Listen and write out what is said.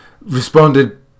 responded